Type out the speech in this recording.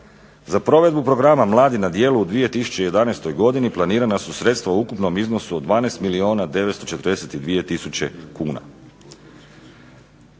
Za provedbu Programa mladi na djelu u 2011. godini planirana su sredstva u ukupnom iznosu od 12 milijuna 942 tisuće kuna.